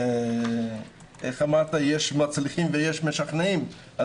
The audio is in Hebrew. כמו שאמרת, יש מצליחים ויש משכנעים.